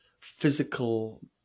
physical